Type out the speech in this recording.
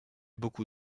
beaucoup